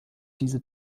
diese